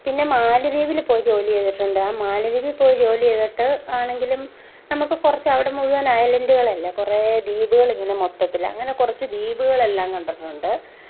പിന്നെ മാലിദ്വീപിൽ പോയി ജോലി ചെയ്തിട്ടുണ്ട് ആ മാലിദ്വീപിൽ പോയി ജോലി ചെയ്തിട്ട് ആണെങ്കിലും നമുക്ക് കുറച്ച് അവിടെ മുഴുവൻ അയിലൻഡുകൾ അല്ലേ കുറേ ദീപുകൾ ഇങ്ങനെ മൊത്തത്തിൽ അങ്ങനെ കുറച്ച് ദ്വീപുകളെല്ലാം കണ്ടിട്ടുണ്ട്